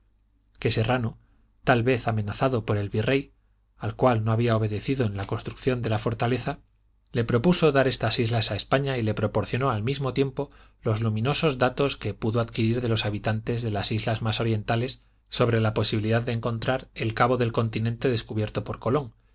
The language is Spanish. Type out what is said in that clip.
que serrano tal vez amenazado por el virrey al cual no había obedecido en la construcción de la fortaleza le propuso dar estas islas a españa y le proporcionó al mismo tiempo los luminosos datos que pudo adquirir de los habitantes de las islas más orientales sobre la posibilidad de encontrar el cabo del continente descubierto por colón